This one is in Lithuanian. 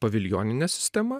paviljoninė sistema